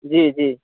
जी जी